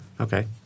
Okay